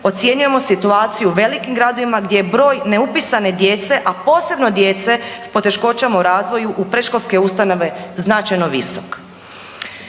ocjenjujemo situaciju u velikim gradovima gdje je broj neupisane djece, a posebno djece s poteškoćama u razvoju u predškolske ustanove značajno visok.